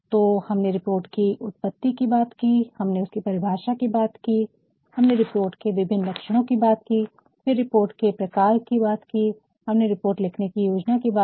तो हमने रिपोर्ट कि उत्पत्ति कि बात की हमने उसकी परिभाषा कि बात की हमने रिपोर्ट के विभिन्न लक्षणों की बात की फिर रिपोर्ट के प्रकार की हमने रिपोर्ट लिखने की योजना की बात की